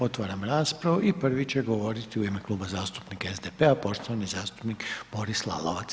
Otvaram raspravu i prvi će govoriti u ime Kluba zastupnika SDP-a poštovani zastupnik Boris Lalovac.